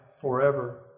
forever